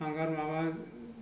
हांगार माबा